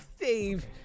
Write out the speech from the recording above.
Steve